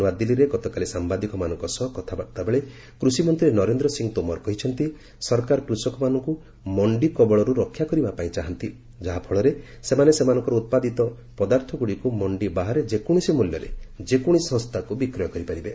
ନୂଆଦିଲ୍ଲୀରେ ଗତକାଲି ସାମ୍ବାଦିକମାନଙ୍କ ସହ କଥାବାର୍ତ୍ତା ବେଳେ କୃଷି ମନ୍ତ୍ରୀ ନରେନ୍ଦ୍ର ସିଂହ ତୋମର କହିଛନ୍ତି ସରକାର କୃଷକମାନଙ୍କ ମଣ୍ଡି କବଳର୍ ରକ୍ଷା କରିବା ପାଇଁ ଚାହାନ୍ତି ଯାହାଫଳରେ ସେମାନେ ସେମାନଙ୍କର ଉତ୍ପାଦିତ ପଦାର୍ଥଗ୍ରଡ଼ିକୁ ମଣ୍ଡି ବାହାରେ ଯେକୌଣସି ମୂଲ୍ୟରେ ଯେକୌଣସି ସଂସ୍ଥାକୁ ବିକ୍ରୟ କରିପାରିବେ